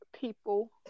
people